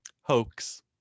hoax